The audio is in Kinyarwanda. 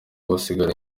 basigara